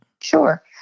Sure